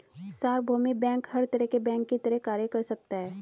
सार्वभौमिक बैंक हर तरह के बैंक की तरह कार्य कर सकता है